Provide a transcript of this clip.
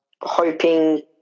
Hoping